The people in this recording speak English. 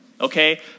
okay